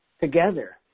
together